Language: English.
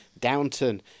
Downton